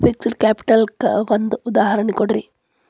fixed capital ಕ್ಕ ಒಂದ್ ಉದಾಹರ್ಣಿ ಕೊಡ್ರಿ